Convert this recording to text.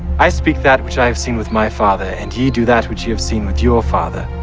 i speak that which i have seen with my father and ye do that which ye have seen with your father.